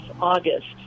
August